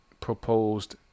proposed